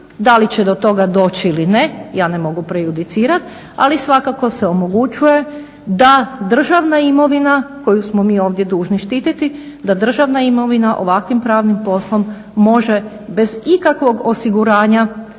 da li će do toga doći ili ne, ja ne mogu prejudicirati, ali svakako se omogućuje da državna imovina koju smo mi ovdje dužni štititi, da državna imovina ovakvim pravnim poslom može bez ikakvog osiguranja